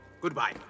Goodbye